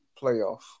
playoff